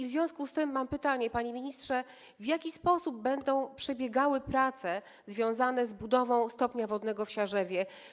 W związku z tym mam pytanie, panie ministrze: W jaki sposób będą przebiegały prace związane z budową stopnia wodnego w Siarzewie?